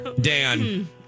Dan